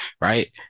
Right